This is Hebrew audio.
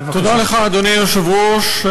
אדוני היושב-ראש,